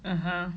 (uh huh)